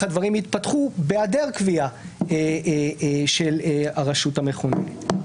הדברים יתפתחו בהיעדר קביעה של הרשות המכוננת.